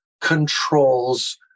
controls